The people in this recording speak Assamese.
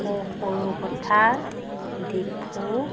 সৰু পথাৰ ডিফু